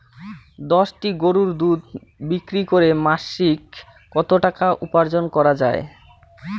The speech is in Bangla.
দশটি গরুর দুধ বিক্রি করে মাসিক কত টাকা উপার্জন করা য়ায়?